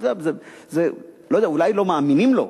לא יודע, אולי לא מאמינים לו,